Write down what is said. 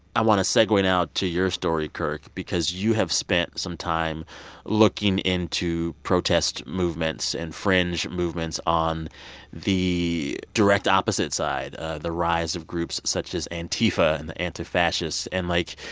i want to segue now to your story, kirk, because you have spent some time looking into protest movements and fringe movements on the direct opposite side ah the rise of groups such as antifa and the anti-fascists. and, like,